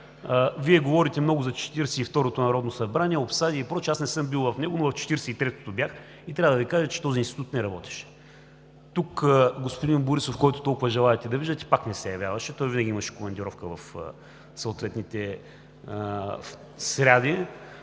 Вие говорите много за Четиридесет и второто народно събрание – обсади и прочие. Аз не съм бил в него, но в Четиридесет и третото бях и трябва да Ви кажа, че този институт не работеше. Тук господин Борисов, който толкова желаете да виждате, пак не се явяваше. Той винаги имаше командировка в съответната сряда,